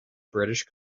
british